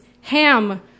ham